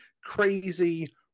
crazy